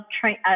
train